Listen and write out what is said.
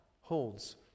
holds